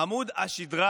עמוד השדרה